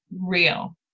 real